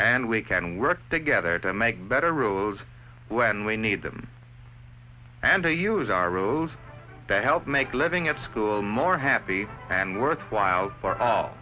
and we can work together to make better rules when we need them and to use our rules that help make living at school more happy and worthwhile for